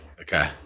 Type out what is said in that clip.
Okay